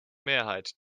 mehrheit